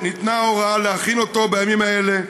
ניתנה הוראה להכין אותו בימים האלה,